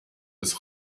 des